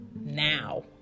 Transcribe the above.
now